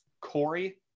Corey